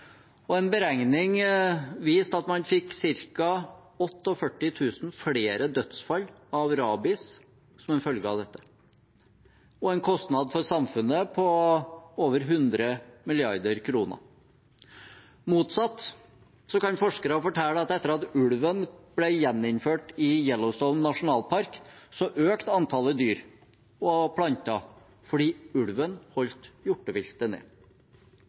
En beregning viste at man fikk ca. 48 000 flere dødsfall av rabies som en følge av dette, og en kostnad for samfunnet på over 100 mrd. kr. Motsatt kan forskere fortelle at etter at ulven ble gjeninnført i Yellowstone nasjonalpark, økte antallet dyr og planter, fordi ulven holdt hjorteviltet